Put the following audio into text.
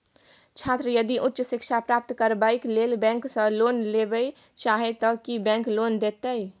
छात्र यदि उच्च शिक्षा प्राप्त करबैक लेल बैंक से लोन लेबे चाहे ते की बैंक लोन देतै?